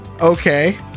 Okay